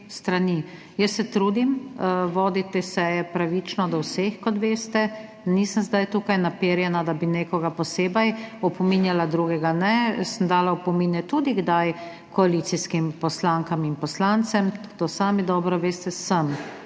strani. Jaz se trudim voditi te seje pravično do vseh. Kot veste, nisem zdaj tu naperjena, da bi nekoga posebej opominjala, drugega ne, sem dala opomine tudi kdaj koalicijskim poslankam in poslancem, to sami dobro veste./